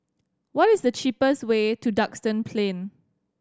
what is the cheapest way to Duxton Plain